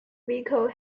vehicle